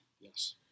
Yes